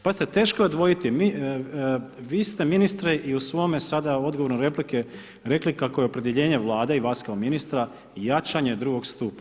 Pazite, teško je odvojiti, vi ste ministre i u svome sada odgovoru na replike rekli kako je opredjeljenje Vlade i vas kao ministra, jačanje drugog stupa.